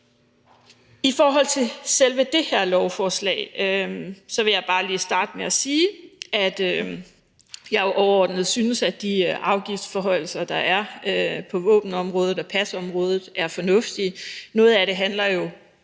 I forhold til selve det her lovforslag vil jeg bare lige starte med at sige, at jeg jo overordnet synes, at de afgiftsforhøjelser, der er på våbenområdet og pasområdet, er fornuftige. Noget af det handler jo